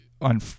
on